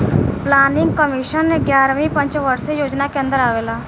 planning commission एग्यारहवी पंचवर्षीय योजना के अन्दर आवेला